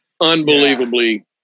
unbelievably